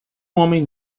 homem